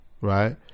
right